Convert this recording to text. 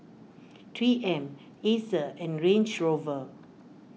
three M Acer and Range Rover